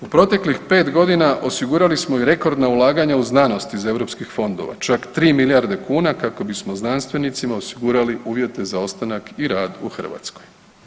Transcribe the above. U proteklih 5.g. osigurali smo i rekordna ulaganja u znanost iz europskih fondova, čak 3 milijarde kuna kako bismo znanstvenicima osigurali uvjete za ostanak i rad u Hrvatskoj.